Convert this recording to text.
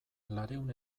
laurehun